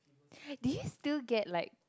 do you still get like